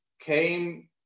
came